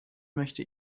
möchte